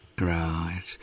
Right